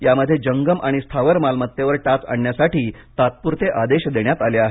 यामध्ये जंगम आणि स्थावर मालमत्तेवर टाच आणण्यासाठी तात्पुरते आदेश देण्यात आले आहेत